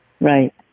Right